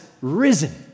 risen